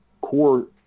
core